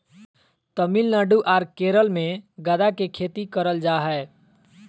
तमिलनाडु आर केरल मे गदा के खेती करल जा हय